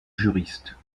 juristes